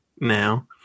now